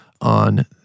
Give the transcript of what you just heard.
on